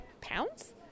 pounds